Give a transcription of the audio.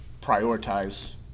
prioritize